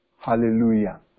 Hallelujah